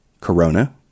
Corona